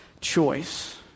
choice